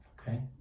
Okay